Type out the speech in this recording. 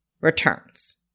returns